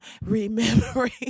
remembering